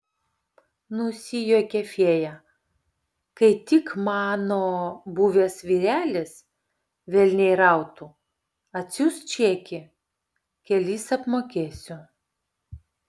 nusijuokė fėja kai tik mano buvęs vyrelis velniai rautų atsiųs čekį kelis apmokėsiu